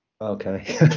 Okay